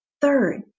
Third